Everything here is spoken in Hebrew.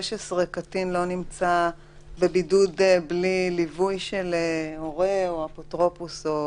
קטין לא נמצא בבידוד בלי ליווי של הורה או אפוטרופוס.